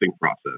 process